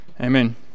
Amen